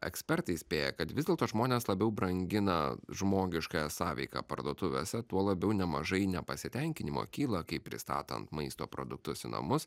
ekspertai įspėja kad vis dėlto žmonės labiau brangina žmogiškąją sąveiką parduotuvėse tuo labiau nemažai nepasitenkinimo kyla kai pristatan maisto produktus į namus